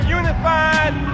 unified